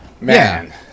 Man